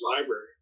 library